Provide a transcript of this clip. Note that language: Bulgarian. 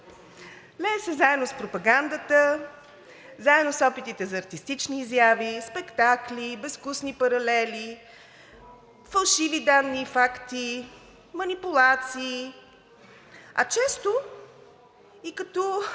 лее се заедно с пропагандата, заедно с опитите за артистични изяви, спектакли, безвкусни паралели, фалшиви данни и факти, манипулации, а и често като